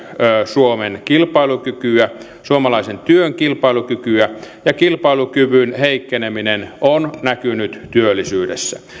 suomen kilpailukykyä suomalaisen työn kilpailukykyä ja kilpailukyvyn heikkeneminen on näkynyt työllisyydessä